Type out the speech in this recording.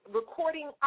recording